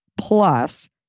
plus